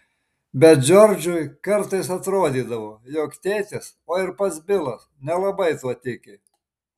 bet džordžui kartais atrodydavo jog tėtis o ir pats bilas nelabai tuo tiki